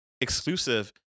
exclusive